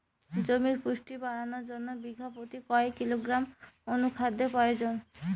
জমির পুষ্টি বাড়ানোর জন্য বিঘা প্রতি কয় কিলোগ্রাম অণু খাদ্যের প্রয়োজন?